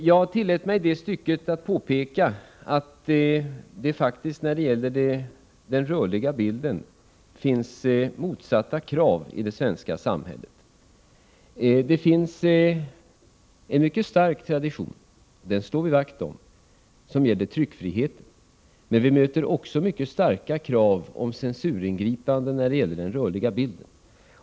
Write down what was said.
Jag tillät mig i det stycket påpeka att det när det gäller den rörliga bilden faktiskt finns motsatta krav i det svenska samhället. Det finns en mycket stark tradition — den slår vi vakt om — som gäller tryckfriheten, men vi möter också mycket starka krav på censuringripanden när det gäller den rörliga bilden.